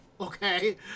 okay